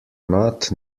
not